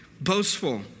boastful